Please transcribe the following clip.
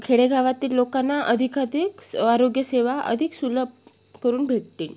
खेडेगावातील लोकांना अधिकाधिक स आरोग्यसेवा अधिक सुलभ करून भेटतील